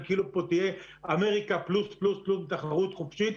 שכאילו פה תהיה אמריקה פלוס פלוס פלוס תחרות חופשית,